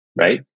right